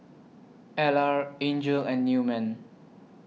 Ellar Angel and Newman